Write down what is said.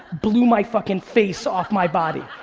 blew my fucking face off my body.